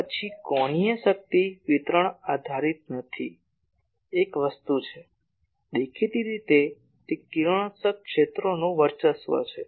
પછી કોણીય શક્તિ વિતરણ આધારિત નથી એક વસ્તુ છે દેખીતી રીતે તે કિરણોત્સર્ગ ક્ષેત્રોનું વર્ચસ્વ છે